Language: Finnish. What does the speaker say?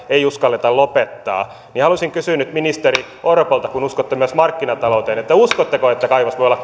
ei uskalleta lopettaa haluaisin kysyä nyt ministeri orpolta kun uskotte myös markkinatalouteen uskotteko että kaivos voi olla